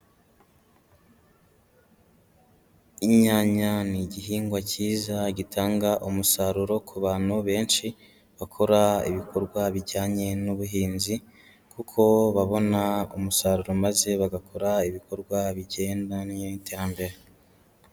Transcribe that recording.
Inyanya ni igihingwa cyiza gitanga umusaruro ku bantu benshi bakora ibikorwa bijyanye n'ubuhinzi kuko babona umusaruro maze bagakora ibikorwa bigendanye n'iterambere.